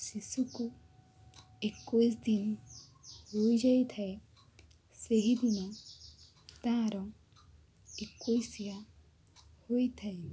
ଶିଶୁକୁ ଏକୋଇଶଦିନ ହୋଇଯାଇଥାଏ ସେହିଦିନ ତାର ଏକୋଇଶିଆ ହୋଇଥାଏ